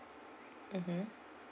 mmhmm